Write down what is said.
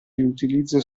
riutilizzo